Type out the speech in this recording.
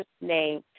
name